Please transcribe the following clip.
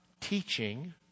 teaching